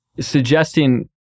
suggesting